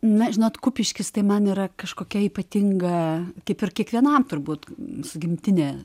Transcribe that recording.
na žinot kupiškis tai man yra kažkokia ypatinga kaip ir kiekvienam turbūt su gimtine